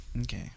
Okay